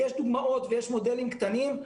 יש דוגמאות ויש מודלים קטנים,